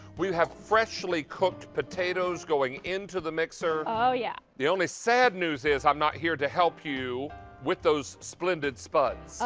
we have freshly cooked potatoes going into the mix or, ah yeah the only sad news is i am not here to help you with those splendid's buds.